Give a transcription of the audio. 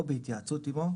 או בהתייעצות עימו,